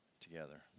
together